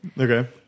Okay